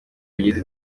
bagize